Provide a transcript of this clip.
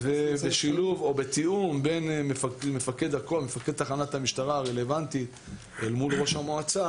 ובתיאום בין מפקד תחנת המשטרה הרלוונטית אל מול ראש המועצה